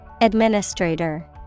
Administrator